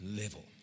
level